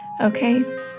okay